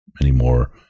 anymore